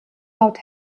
laut